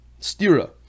stira